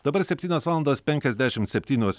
dabar septynios valandos penkiasdešimt septynios